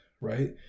right